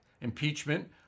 impeachment